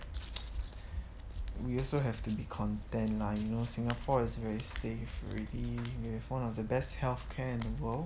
we also have to be content lah you know singapore is very safe already we have one of the best healthcare in the world